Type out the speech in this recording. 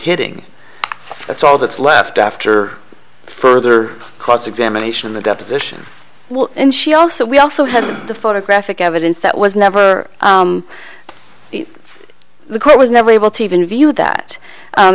hitting that's all that's left after further cross examination of the deposition and she also we also have the photographic evidence that was never the court was never able to even view that